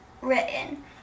written